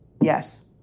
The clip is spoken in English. Yes